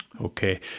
Okay